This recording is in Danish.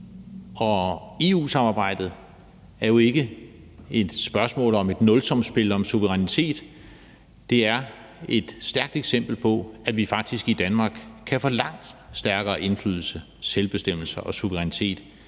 EU-samarbejdet er jo ikke et spørgsmål om et nulsumsspil om suverænitet; det er et stærkt eksempel på, at vi faktisk i Danmark kan få langt stærkere indflydelse, selvbestemmelse og suverænitet